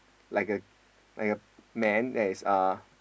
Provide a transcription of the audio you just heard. like a like a man that is uh